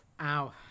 Ow